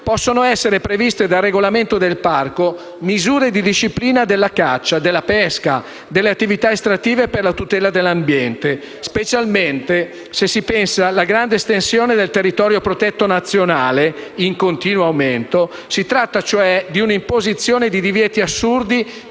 possono essere previste dal regolamento del parco misure di disciplina della caccia, della pesca e delle attività estrattive per la tutela dell’ambiente. Se si pensa alla grande estensione del territorio protetto nazionale in continuo aumento, si tratta di un’imposizione di divieti assurdi